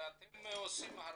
ואתם עושים הרבה.